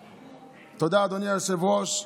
תודה, אדוני היושב-ראש.